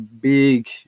big